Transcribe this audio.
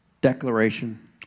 declaration